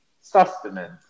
sustenance